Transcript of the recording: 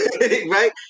Right